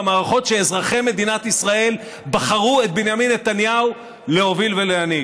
במערכות שאזרחי מדינת ישראל בחרו את בנימין נתניהו להוביל ולהנהיג.